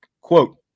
Quote